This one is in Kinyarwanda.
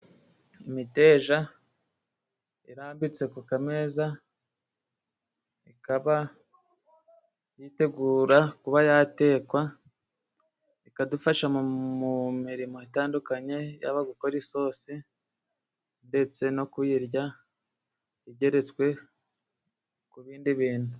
Imiteja irambitse ku kameza ikaba yitegura kuba yatekwa, ikadufasha mu mirimo itandukanye, yaba gukora isosi, ndetse no kuyirya igeretswe ku bindi bintu.